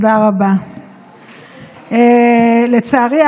זכויות לאנשים עם מוגבלויות עברה בקריאה